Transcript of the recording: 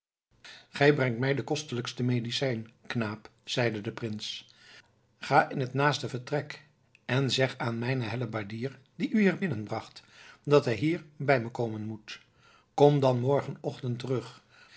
gij brengt mij de kostelijkste medicijn knaap zeide de prins ga in het naaste vertrek en zeg aan mijnen hellebaardier die u hier binnen bracht dat hij hier bij me komen moet kom dan morgenochtend terug